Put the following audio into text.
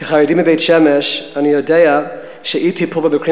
כחרדי מבית-שמש אני יודע שאי-טיפול במקרים